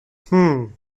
هومممم